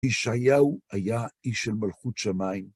ישעיהו היה איש של מלכות שמיים.